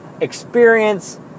experience